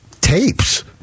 tapes